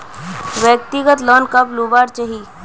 व्यक्तिगत लोन कब लुबार चही?